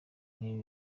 nk’ibi